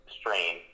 strain